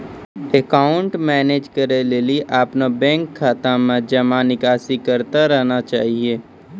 account manage करै लेली अपनो बैंक खाता मे जमा निकासी करतें रहना चाहि